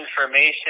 information